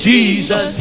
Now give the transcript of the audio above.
Jesus